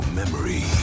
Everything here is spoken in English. memory